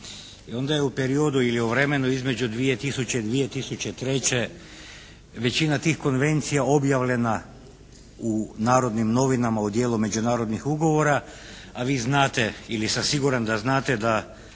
I onda je u periodu ili u vremenu između 2000., 2003. većina tih konvencija objavljena u "Narodnim novinama" u dijelu međunarodnih ugovora a vi znate ili sam siguran da znate da